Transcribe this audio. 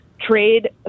trade